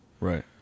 right